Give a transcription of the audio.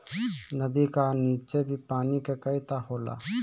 नदी का नीचे भी पानी के कई तह होला